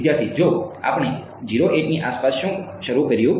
વિદ્યાર્થી જો આપણે 0 8 ની આસપાસ શરૂ કર્યું